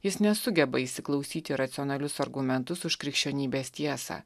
jis nesugeba įsiklausyti į racionalius argumentus už krikščionybės tiesą